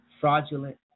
fraudulent